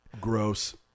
Gross